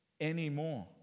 anymore